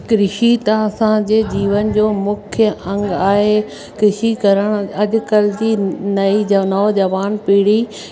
कृषी त असांजे जीवन जो मुख्य अंग आहे कृषी करण अॼुकल्ह जी नई नौजवान पीढ़ी